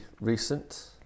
recent